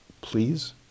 Please